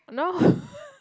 no